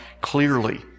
clearly